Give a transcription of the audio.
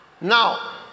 Now